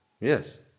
Yes